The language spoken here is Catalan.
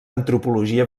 antropologia